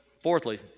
fourthly